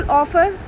offer